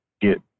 get